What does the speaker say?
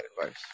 advice